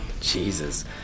Jesus